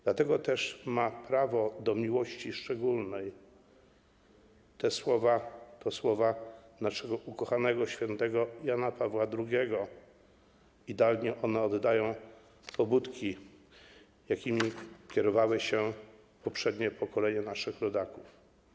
Dlatego też ma prawo do miłości szczególnej - te słowa naszego ukochanego św. Jana Pawła II idealnie oddają pobudki, jakimi kierowały się poprzednie pokolenia naszych rodaków.